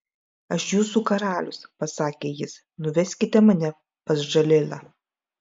aš jūsų karalius pasakė jis nuveskite mane pas džalilą